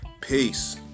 Peace